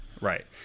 right